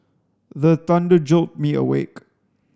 the thunder jolt me awake